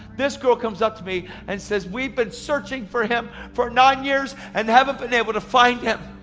this girl comes up to me and says, we've been searching for him for nine years, and haven't been able to find him.